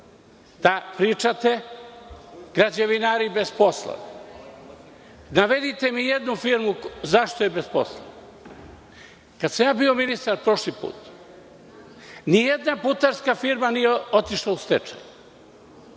da pričate – građevinari bez posla. Navedite mi jednu firmu zašto je bez posla. Kada sam ja bio ministar prošli put, nijedna putarska firma nije otišla u stečaj.